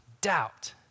doubt